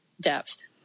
depth